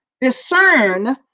discern